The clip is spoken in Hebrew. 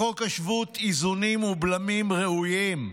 בחוק השבות איזונים ובלמים ראויים.